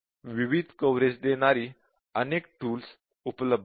विविध कव्हरेज देणारी अनेक टूल्स उपलब्ध आहेत